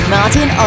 Martin